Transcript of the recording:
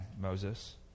Moses